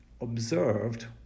observed